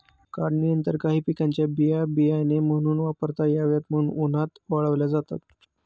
काढणीनंतर काही पिकांच्या बिया बियाणे म्हणून वापरता याव्यात म्हणून उन्हात वाळवल्या जातात